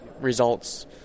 results